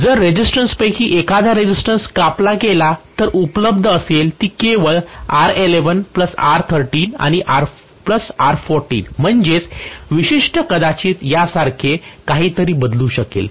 जर रेसिस्टन्सपैकी एखादा रेसिस्टन्स कापला गेला तर उपलब्ध असेल ती केवळ R12 R13 R14 म्हणजेच वैशिष्ट्य कदाचित यासारखे काहीतरी बदलू शकेल